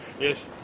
Yes